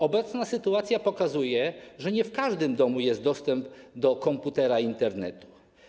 Obecna sytuacja pokazuje, że nie w każdym domu jest dostęp do komputera i Internetu.